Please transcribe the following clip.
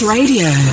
Radio